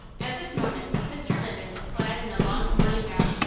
at this moment, mr. linden, clad in a long morning gown,